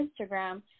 Instagram –